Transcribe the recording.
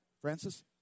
Francis